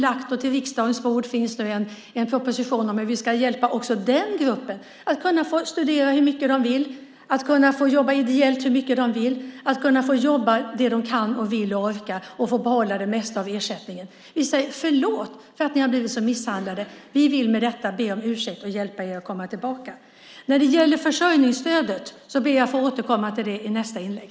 På riksdagens bord finns nu en proposition om hur vi ska hjälpa också den gruppen att kunna få studera hur mycket de vill, jobba ideellt hur mycket de vill och jobba det de kan, vill och orkar och få behålla det mesta av ersättningen. Vi säger: Förlåt för att ni har blivit så misshandlade. Med detta vill vi be om ursäkt och hjälpa er att komma tillbaka. Jag ber att få återkomma till försörjningsstödet i nästa inlägg.